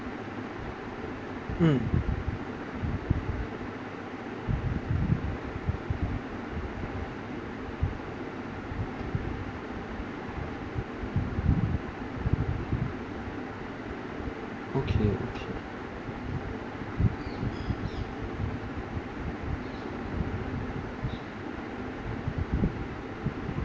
mm okay okay